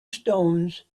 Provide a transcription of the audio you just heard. stones